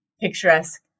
picturesque